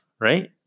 right